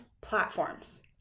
platforms